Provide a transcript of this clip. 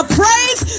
praise